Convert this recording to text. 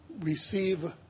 receive